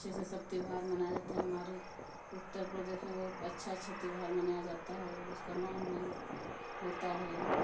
अच्छे से सब त्यौहार मनाया जाते है हमारे उत्तर प्रदेश में बहुत अच्छा अच्छा त्यौहार मनाया जाता है उसका मान भी होता है